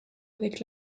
avec